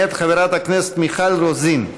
מאת חברת הכנסת מיכל רוזין.